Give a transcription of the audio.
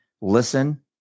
listen